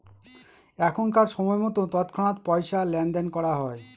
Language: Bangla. এখনকার সময়তো তৎক্ষণাৎ পয়সা লেনদেন করা হয়